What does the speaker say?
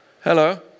Hello